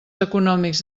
econòmics